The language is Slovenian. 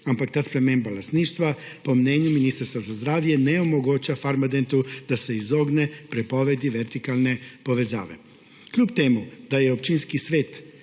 ampak ta sprememba lastništva po mnenju Ministrstva za zdravje ne omogoča Farmadentu, da se izogne prepovedi vertikalne povezave. Kljub temu, da je občinski svet